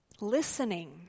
Listening